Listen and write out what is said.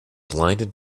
blinded